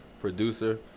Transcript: producer